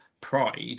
pride